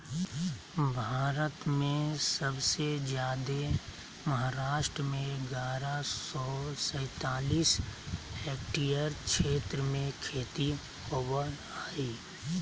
भारत में सबसे जादे महाराष्ट्र में ग्यारह सौ सैंतालीस हेक्टेयर क्षेत्र में खेती होवअ हई